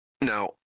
Now